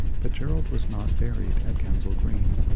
but jer rold was not buried at kensal green.